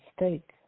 mistake